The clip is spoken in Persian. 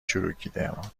چروکیدهمان